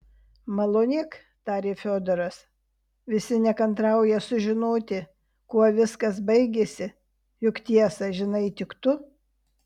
malonėk tarė fiodoras visi nekantrauja sužinoti kuo viskas baigėsi juk tiesą žinai tik tu